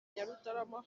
nyarutarama